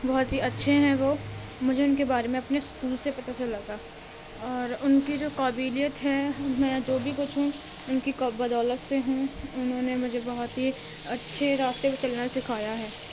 بہت ہی اچھے ہیں وہ مجھے اُن کے بارے میں اپنے اسکول سے پتہ چلا تھا اور اُن کی جو قابلیت ہے میں جو بھی کچھ ہوں اُن کی بدولت سے ہوں اُنہوں نے مجھے بہت ہی اچھے راستے پہ چلنا سکھایا ہے